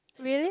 really